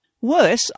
Worse